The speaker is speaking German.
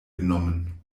genommen